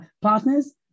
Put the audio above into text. Partners